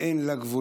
אין לה גבולות.